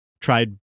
tried